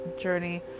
journey